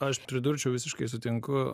aš pridurčiau visiškai sutinku